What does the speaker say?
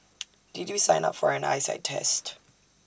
did we sign up for an eyesight test